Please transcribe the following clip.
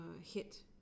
hit